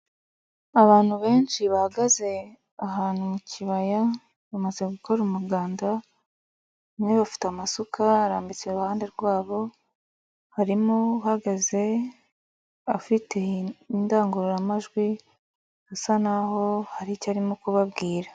Abantu benshi bahagaze ahantu mu kibaya, bamaze gukora umuganda, bamwe bafite amasuka arambitse iruhande rwabo, harimo uhagaze afite indangururamajwi usa naho hari icyo arimo kubabwira.